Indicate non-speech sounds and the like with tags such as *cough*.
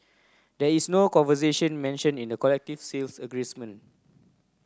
there is no conversation mentioned in the collective sales *unintelligible*